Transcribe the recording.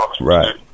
Right